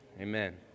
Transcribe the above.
amen